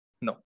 No